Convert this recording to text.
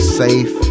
safe